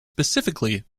specifically